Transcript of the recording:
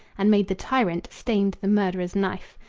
and made the tyrant, stained the murderer's knife,